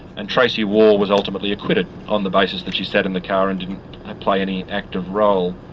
and tracey waugh was ultimately acquitted on the basis that she sat in the car and didn't play any active role.